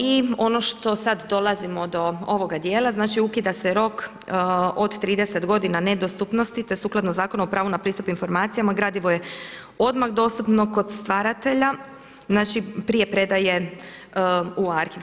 I ono što sad dolazimo do ovoga dijela, znači ukida se rok od 30 g. nedostupnosti, te sukladno Zakona o pravu na pristup informacijama, gradivo je odmah dostupno kod stvaratelja, znači prije predaje u arhiv.